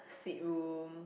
suite room